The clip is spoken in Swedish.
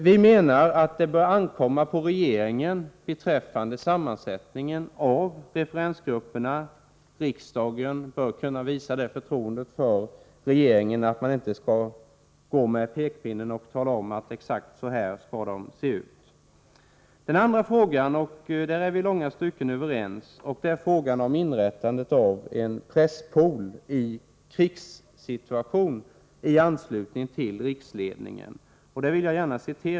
Vi menar att det bör ankomma på regeringen att besluta om sammansättningen av referensgrupperna. Riksdagen bör kunna visa det förtroendet för regeringen att inte komma med pekpinnar och tala om exakt hur referensgrupperna skall se ut. Den andra frågan — där vi i långa stycken är överens — gäller inrättandet av en presspool i krigssituation i anslutning till riksledningen.